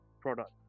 product